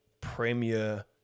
premier